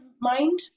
mind